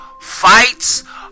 fights